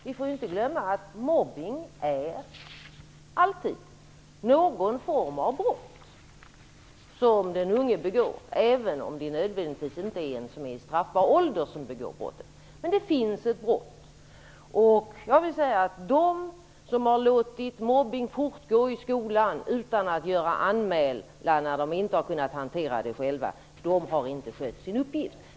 Vi får inte glömma att mobbning är alltid någon form av brott som den unge begår även om den som begår brottet inte nödvändigtvis är i straffbar ålder. De som har låtit mobbning fortgå i skolan utan att göra anmälan när de inte kunnat hantera den själva har inte skött sin uppgift.